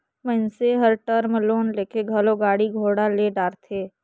मइनसे हर term loan लेके घलो गाड़ी घोड़ा ले डारथे